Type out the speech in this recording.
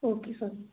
okay sir